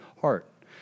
heart